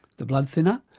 the blood thinner,